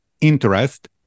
interest